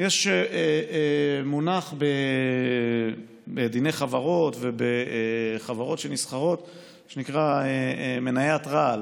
יש מונח בדיני חברות ובחברות שנסחרות שנקרא "מניית רעל",